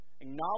acknowledge